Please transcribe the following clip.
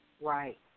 Right